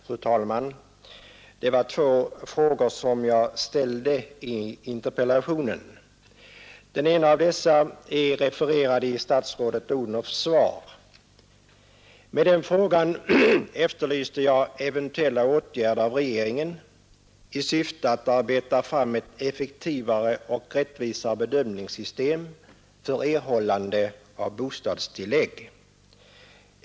Fru talman! Det var två frågor som jag ställde i min interpellation. Den ena av dessa är refererad i statsrådet Odhnoffs svar. I den frågan efterlyste jag eventuella åtgärder av regeringen i syfte att arbeta fram ett effektivare och rättvisare bedömningssystem för erhållande av bostadstillägg.